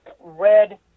red